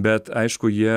bet aišku jie